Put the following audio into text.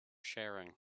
sharing